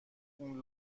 اون